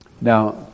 Now